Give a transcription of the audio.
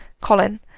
Colin